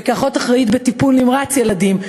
וכאחות אחראית בטיפול נמרץ ילדים,